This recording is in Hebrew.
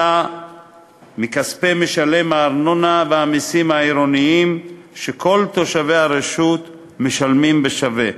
אלא בכספי משלם הארנונה והמסים העירוניים שכל תושבי הרשות משלמים בשווה.